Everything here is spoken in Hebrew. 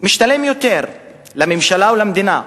משתלמים יותר לממשלה ולמדינה.